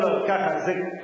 קודם כול,